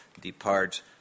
depart